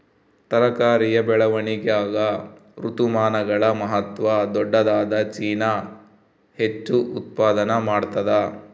ತರಕಾರಿಯ ಬೆಳವಣಿಗಾಗ ಋತುಮಾನಗಳ ಮಹತ್ವ ದೊಡ್ಡದಾದ ಚೀನಾ ಹೆಚ್ಚು ಉತ್ಪಾದನಾ ಮಾಡ್ತದ